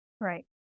Right